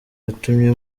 yatumye